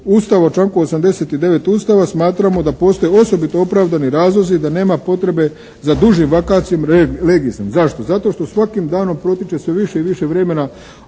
Ustava, članku 89. Ustava smatramo da postoje osobito opravdani razlozi, da nema potrebe za dužim «vacatio legisom». Zašto? Zato što svakim danom protiče sve više i više vremena